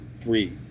three